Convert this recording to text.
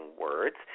words